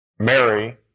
Mary